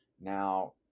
now